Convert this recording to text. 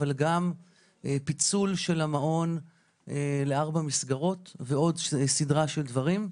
אבל גם פיצול של המעון לארבע מסגרות ועוד סדרה של דברים.